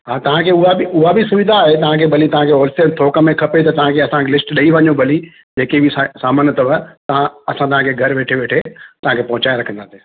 हा तव्हांखे उहा बि उहा बि सुविधा आहे तव्हांखे भली तव्हांखे हॉलसेल थोक में खपे त तव्हांखे असांखे लिस्ट ॾेई वञो भली जेकी बि सा सामानु अथव तव्हां असां तव्हांखे घरु वेठे वेठे तव्हांखे पहुचाए रखंदासीं